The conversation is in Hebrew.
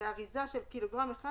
באריזה של ק"ג אחד,